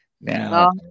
Now